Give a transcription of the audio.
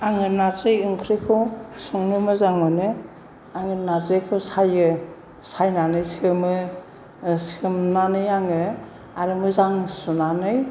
आङो नारजि ओंख्रिखौ संनो मोजां मोनो आङो नारजिखौ साइयो साइनानै सोमो सोमनानै आङो आरो मोजां सुनानै